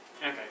Okay